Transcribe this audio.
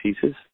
pieces